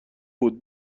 بود